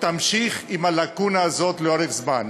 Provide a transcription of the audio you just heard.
תמשיך עם הלקונה הזו לאורך זמן.